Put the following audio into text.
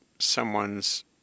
someone's